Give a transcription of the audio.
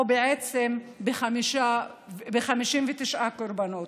או בעצם ב-59 קורבנות.